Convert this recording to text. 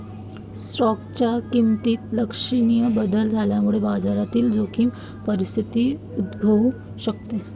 स्टॉकच्या किमतीत लक्षणीय बदल झाल्यामुळे बाजारातील जोखीम परिस्थिती उद्भवू शकते